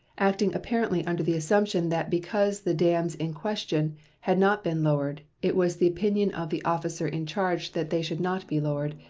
acting apparently under the assumption that because the dams in question had not been lowered it was the opinion of the officer in charge that they should not be lowered,